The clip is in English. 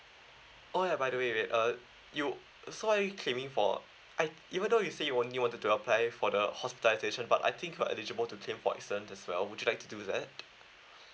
oh ya by the way uh you so are you claiming for I even though you say you want you wanted to apply for the hospitalization but I think you are eligible to claim for accident as well would you like to do that